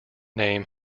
name